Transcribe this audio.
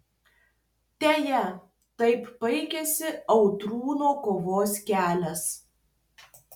deja taip baigėsi audrūno kovos kelias